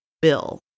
Bill